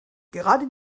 gerade